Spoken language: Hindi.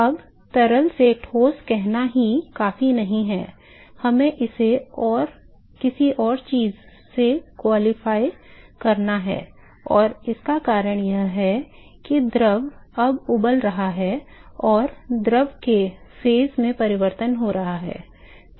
अब तरल से ठोस कहना ही काफी नहीं है हमें इसे किसी और चीज से क्वालिफाई करना है और इसका कारण यह है कि द्रव अब उबल रहा है और द्रव के चरण में परिवर्तन हो रहा है